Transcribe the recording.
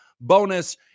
bonus